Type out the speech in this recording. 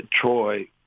Troy